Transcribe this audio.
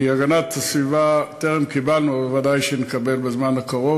מהגנת הסביבה טרם קיבלנו אבל בוודאי נקבל בזמן הקרוב.